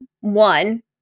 one